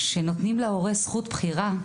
כשנותנים להורה זכות בחירה,